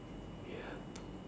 ya two